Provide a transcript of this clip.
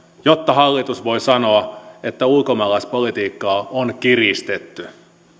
jotta hallitus voi sanoa että ulkomaalaispolitiikkaa on kiristetty